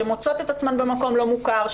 שמוצאות את עצמן במקום לא מוכר,